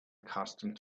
accustomed